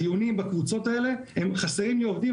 הדיונים בקבוצות האלה הם על כך שחסרים עובדים.